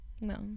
No